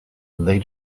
they